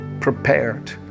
prepared